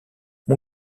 mon